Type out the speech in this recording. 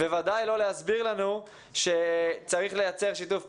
בוודאי לא להסביר לנו שצריך לייצר שיתוף פעולה.